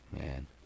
man